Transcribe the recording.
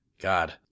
god